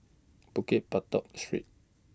Bukit Batok Street